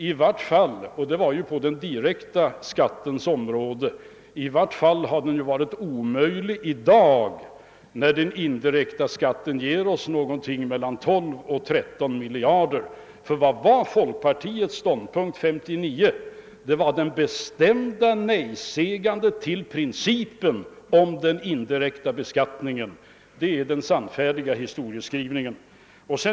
I varje fall — det var ju på den direkta skattens område — hade den ju varit omöjlig i dag, när den indirekta skatten ger oss någonting mellan 12 och 13 miljarder. Vilken var folkpartiets ståndpunkt 1959? Det var ett bestämt nejsägande till principen om den indirekta beskattningen. Det är den sannfärdiga historieskrivningen.